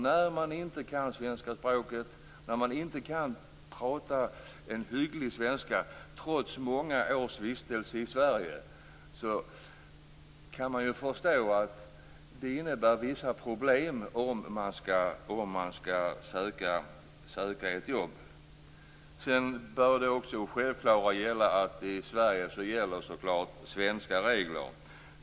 När man inte kan språket och inte kan prata hygglig svenska trots många års vistelse i Sverige kan det innebära vissa problem om man skall söka ett jobb. Självklart bör också i Sverige svenska regler gälla.